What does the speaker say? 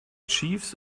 chiefs